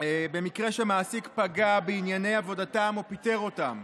במקרה שמעסיק פגע בענייני עבודתם או פיטר אותם.